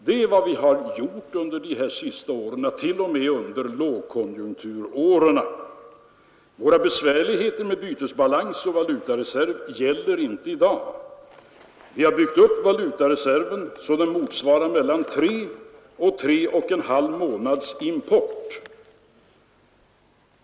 Det är vad vi har gjort under de senaste åren, t.o.m. under lågkonjunkturåren. Våra besvärigheter med bytesbalans och valutareserv finns inte i dag. Vi har byggt upp valutareserven så att den motsvarar mellan tre och tre och en halv månads import.